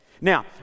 Now